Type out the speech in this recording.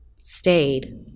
stayed